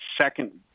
second